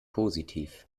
positiv